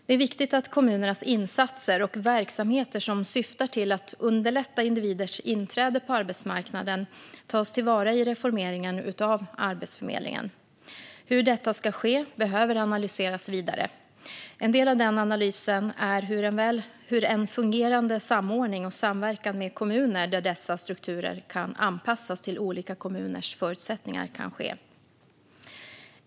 Det är viktigt att kommunernas insatser och verksamheter som syftar till att underlätta individers inträde på arbetsmarknaden tas till vara i reformeringen av Arbetsförmedlingen. Hur detta ska ske behöver analyseras vidare. En del av den analysen handlar om hur en fungerande samordning och samverkan med kommuner där dessa strukturer kan anpassas till olika kommuners förutsättningar kan ske.